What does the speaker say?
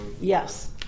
yes